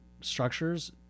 structures